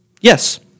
Yes